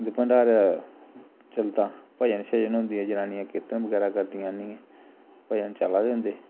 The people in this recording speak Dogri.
ते भण्डारा चलदा भजन शजन हुंदे जनानियां कीर्तन बगैरा करदियां आनियै भजन चला दे हुंदे